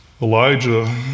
Elijah